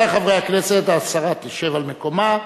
רבותי חברי הכנסת, השרה תשב על מקומה,